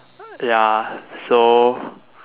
ya so